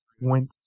went